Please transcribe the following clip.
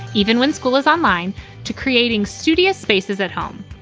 even when school is online to creating studio spaces at home.